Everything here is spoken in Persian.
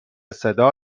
صدا